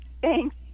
Thanks